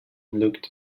looked